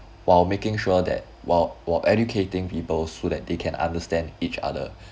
while making sure that while while educating people so that they can understand each other